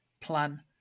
plan